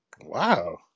wow